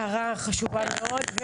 הערה חשובה מאוד.